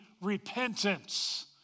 repentance